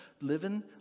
living